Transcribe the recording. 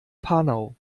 panau